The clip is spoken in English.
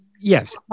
yes